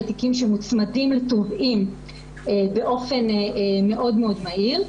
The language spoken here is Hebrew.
תיקים שמוצמדים לתובעים באופן מאוד מהיר.